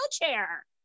wheelchair